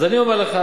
אז אני אומר לך,